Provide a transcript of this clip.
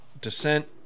descent